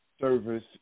service